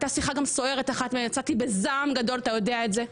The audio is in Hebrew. הייתה גם שיחה אחת סוערת ממנה יצאתי בזעם גדול ואתה יודע את זה,